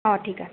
অঁ ঠিক আছে